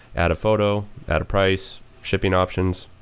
add a photo, add a price, shipping options.